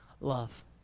love